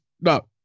no